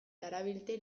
darabilte